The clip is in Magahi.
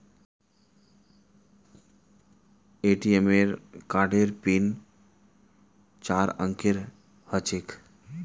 ए.टी.एम कार्डेर पिन चार अंकेर ह छेक